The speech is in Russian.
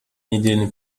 неделе